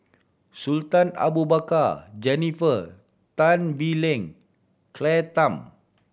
Sultan Abu Bakar Jennifer Tan Bee Leng Claire Tham